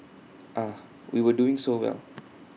ah we were doing so well